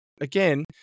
again